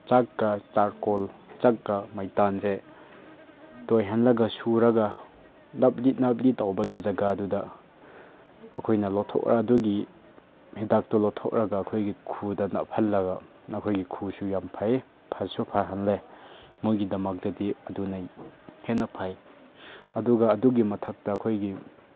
ꯆꯥꯛꯀ ꯆꯥꯔꯀꯣꯜ ꯆꯥꯛꯀ ꯃꯩꯇꯥꯟꯁꯦ ꯇꯣꯏꯍꯜꯂꯒ ꯁꯨꯔꯒ ꯅꯞꯂꯤ ꯅꯞꯂꯤ ꯇꯧꯕꯒꯤ ꯖꯒꯥꯗꯨꯗ ꯑꯩꯈꯣꯏꯅ ꯑꯗꯨꯒꯤ ꯍꯤꯗꯥꯛꯇꯣ ꯂꯧꯊꯣꯛꯂꯒ ꯑꯩꯈꯣꯏꯒꯤ ꯈꯨꯎꯗ ꯅꯞꯍꯜꯂꯒ ꯑꯩꯈꯣꯏꯒꯤ ꯈꯨꯎꯁꯨ ꯌꯥꯝ ꯐꯩ ꯐꯁꯨ ꯐꯍꯜꯂꯦ ꯃꯣꯏꯒꯤꯗꯃꯛꯇꯗꯤ ꯑꯗꯨꯅ ꯍꯦꯟꯅ ꯐꯩ ꯑꯗꯨꯒ ꯑꯗꯨꯒꯤ ꯃꯊꯛꯇ ꯑꯩꯈꯣꯏꯒꯤ